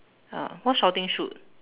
ah who shouting shoot